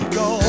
go